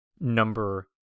Number